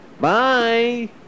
Bye